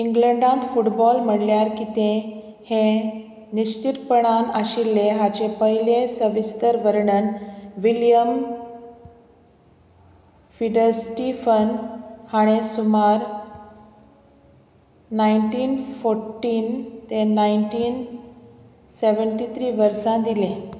इंग्लंडांत football म्हळ्यार कितें हें निश्चितपणान आशिल्लें हाचें पयलें सविस्तर वर्णन विलियम फिडर स्टिफन हाणें सुमार नायन्टीन फोर्टीन ते नायन्टीन सेवंटी थ्री वर्सां दिलें